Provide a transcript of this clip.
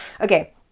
Okay